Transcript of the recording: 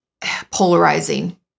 polarizing